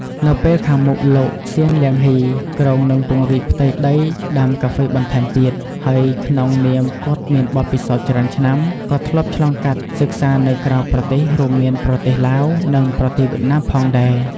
នៅពេលខាងមុខលោក ស៊ាន លាងហុី គ្រោងនឹងពង្រីកផ្ទៃដីដាំកាហ្វេបន្ថែមទៀត ហើយក្នុងនាមគាត់មានបទពិសោធច្រើនឆ្នាំ ក៏ធ្លាប់ឆ្លងកាត់សិក្សានៅក្រៅប្រទេស រួមមានប្រទេសឡាវ និងប្រទេសវៀតណាមផងដែរ។